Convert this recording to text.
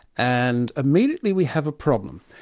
and immediately we have a problem,